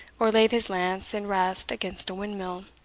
or laid his lance in rest against a windmill.